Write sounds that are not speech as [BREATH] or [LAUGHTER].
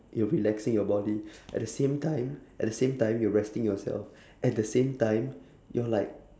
you're relaxing your body [BREATH] at the same time at the same time you're resting yourself at the same time you're like